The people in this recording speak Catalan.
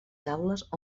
taules